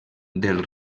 del